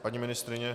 Paní ministryně?